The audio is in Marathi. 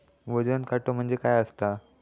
वजन काटो म्हणजे काय असता?